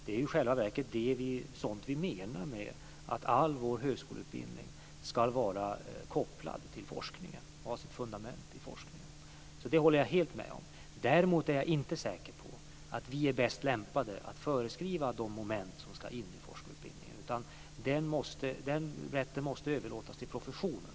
Det är i själva verket sådant vi menar med att all vår högskoleutbildning ska vara kopplad till forskningen och ha sitt fundament i forskningen. Det håller jag helt med om. Däremot är jag inte säker på att vi är bäst lämpade att föreskriva vilka moment som ska in i forskarutbildningen. Den rätten måste överlåtas till professionen.